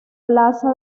plaza